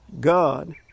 God